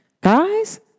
Guys